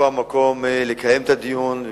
שמונה בעד, אין מתנגדים, אין נמנעים.